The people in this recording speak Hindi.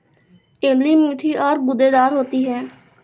इमली मीठी और गूदेदार होती है